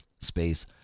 space